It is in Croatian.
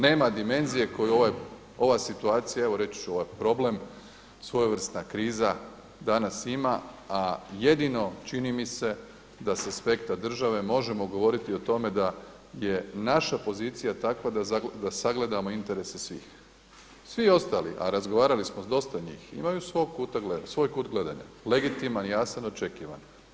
Nema dimenzije koju ova situacija, evo reći ću ovaj problem svojevrsna kriza danas ima, a jedino čini mi se da se s aspekta države možemo govoriti o tome da je naša pozicija takva da sagledamo interese svih, svi ostali, a razgovarali smo s dosta njih, imaju svoj kut gledanja, legitiman, jasan, očekivan.